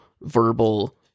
verbal